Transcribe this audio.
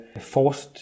forced